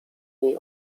niej